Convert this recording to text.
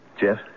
Jeff